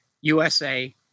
usa